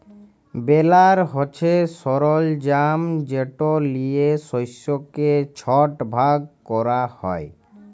বেলার হছে সরলজাম যেট লিয়ে শস্যকে ছট ভাগ ক্যরা হ্যয়